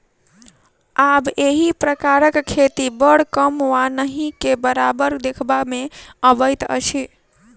आब एहि प्रकारक खेती बड़ कम वा नहिके बराबर देखबा मे अबैत अछि